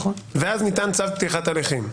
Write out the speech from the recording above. ואז ניתן צו פתיחת הליכים.